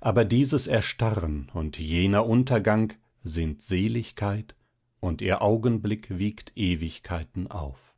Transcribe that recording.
aber dieses erstarren und jener untergang sind seligkeit und ihr augenblick wiegt ewigkeiten auf